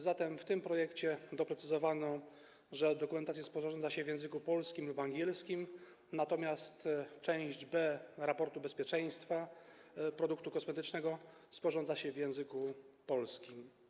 Zatem w tym projekcie doprecyzowano, że dokumentację sporządza się w języku polskim lub angielskim, natomiast część B raportu bezpieczeństwa produktu kosmetycznego sporządza się w języku polskim.